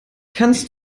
kannst